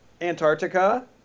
Antarctica